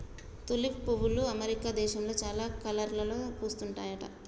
tulip పువ్వులు America దేశంలో చాలా కలర్లలో పూస్తుంటాయట